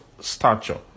stature